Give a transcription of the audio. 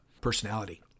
personality